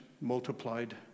multiplied